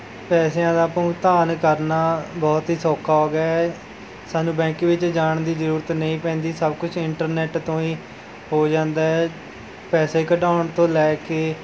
ਪੈਸਿਆਂ ਦਾ ਭੁਗਤਾਨ ਕਰਨਾ ਬਹੁਤ ਹੀ ਸੌਖਾ ਹੋ ਗਿਆ ਹੈ ਸਾਨੂੰ ਬੈਂਕ ਵਿੱਚ ਜਾਣ ਦੀ ਜ਼ਰੂਰਤ ਨਹੀਂ ਪੈਂਦੀ ਸਭ ਕੁਛ ਇੰਟਰਨੈੱਟ ਤੋਂ ਹੀ ਹੋ ਜਾਂਦਾ ਹੈ ਪੈਸੇ ਕੱਢਵਾਉਣ ਤੋਂ ਲੈ ਕੇ